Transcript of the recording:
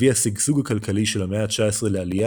הביא השגשוג הכלכלי של המאה ה-19 לעלייה